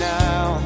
now